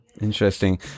interesting